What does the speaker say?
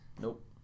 Nope